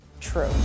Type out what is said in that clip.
true